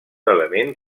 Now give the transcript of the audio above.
element